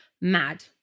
Mad